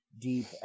deep